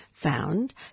found